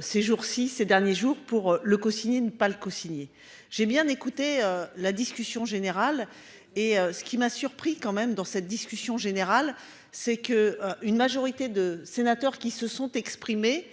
Ces jours ci ces derniers jours pour le cosigné ne pas cosigné, j'ai bien écouté la discussion générale et ce qui m'a surpris quand même dans cette discussion générale c'est que une majorité de sénateurs qui se sont exprimés.